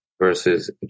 versus